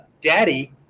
daddy